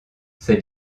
c’est